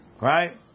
right